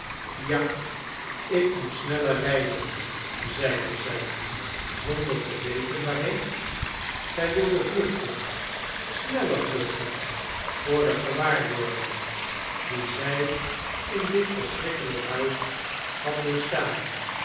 ja ik moet sneller rijden zeide zij zonder te weten waarheen zij wilde vluchten sneller vluchten voor de gewaarwordingen die zij in dit verschrikkelijk huis had doorgestaan